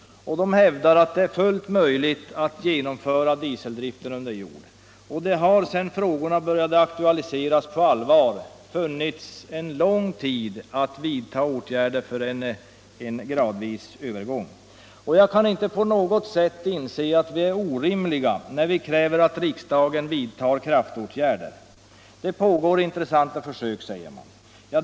Gruvarbetarna hävdar att det är fullt möjligt att genomföra annan drift under jord än dieseldrift. Sedan dessa frågor började aktualiseras på allvar har det gått en lång tid, då man hade kunnat vidta åtgärder för en gradvis övergång från diesetdrift till annan drift. Jag kan därför inte på något sätt inse att vi är orimliga när vi kräver att riksdagen skall sätta in kraftåtgärder. Det pågår intressanta försök, svaras det då. Ja.